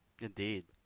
Indeed